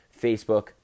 Facebook